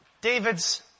David's